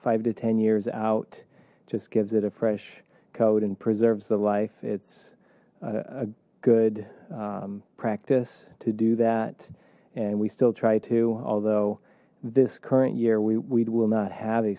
five to ten years out just gives it a fresh coat and preserves the life it's a good practice to do that and we still try to although this current year we will not have a